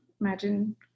Imagine